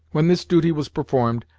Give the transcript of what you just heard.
when this duty was performed,